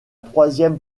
troisième